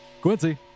Quincy